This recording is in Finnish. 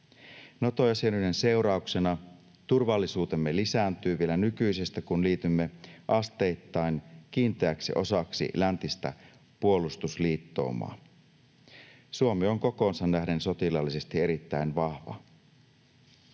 Nato-jäsenyyden seurauksena turvallisuutemme lisääntyy vielä nykyisestä, kun liitymme asteittain kiinteäksi osaksi läntistä puolustusliittoumaa. Suomi on kokoonsa nähden sotilaallisesti erittäin vahva.